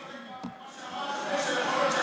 יכול להיות,